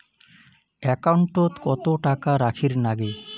একাউন্টত কত টাকা রাখীর নাগে?